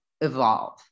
evolve